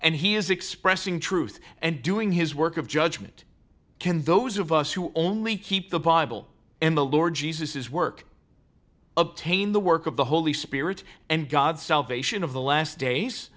and he is expressing truth and doing his work of judgement can those of us who only keep the bible and the lord jesus his work obtain the work of the holy spirit and god salvation of the last days